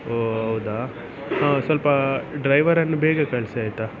ಓ ಹೌದಾ ಸ್ವಲ್ಪ ಡ್ರೈವರನ್ನು ಬೇಗ ಕಳಿಸಿ ಆಯಿತಾ